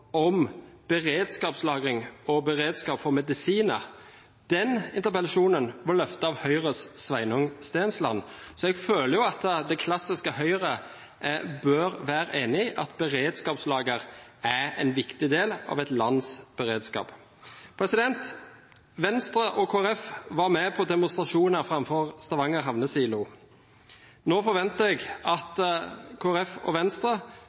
om beredskapslagring og beredskap for medisiner. Den interpellasjonen ble løftet av Høyres Sveinung Stensland, så jeg føler jo at det klassiske Høyre bør være enig i at beredskapslager er en viktig del av et lands beredskap. Venstre og Kristelig Folkeparti var med på demonstrasjoner foran Stavanger Havnesilo. Nå forventer jeg at Kristelig Folkeparti og Venstre